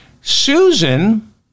Susan